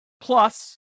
Plus